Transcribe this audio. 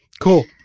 cool